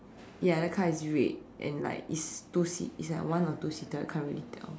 ya the car is red and like it's two seat it's like one or two seated can't really tell